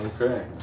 Okay